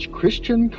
Christian